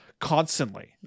Constantly